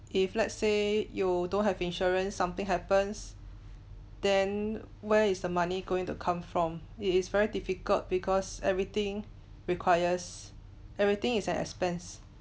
if let's say you don't have insurance something happens then where is the money going to come from it is very difficult because everything requires everything is an expense